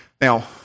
now